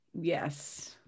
Yes